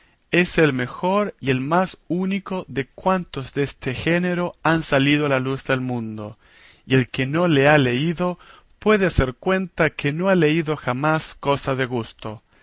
es el mejor y el más único de cuantos deste género han salido a la luz del mundo y el que no le ha leído puede hacer cuenta que no ha leído jamás cosa de gusto